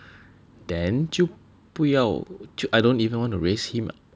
then 就不要 I don't even want to raise him ah